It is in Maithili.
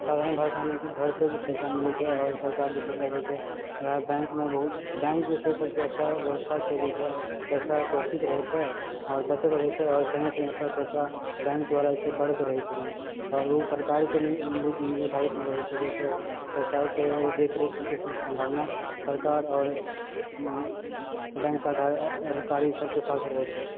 साधारण भाषामे घरसे जे पैसा मिलैत छेै आओर सरकारजे पैसा देए छै ओएह बैंकमे बहुत बैंक जे छै सबसँ अच्छा व्यवस्था छै जहिसँ पैसा सुरक्षित रहैत छेै आओर बचत रहैत छेै आओर समय समय पर पैसा बैक द्वारा जे छै बढ़ैत रहैछै नहि आओर ओ सरकारकेँ लिए निर्धारित रहैत छै जहिसँ पैसाके देखरेखके सम्भावना सरकार आओर बैंकके अधिकारी सबके पास रहैत छेै